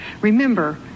Remember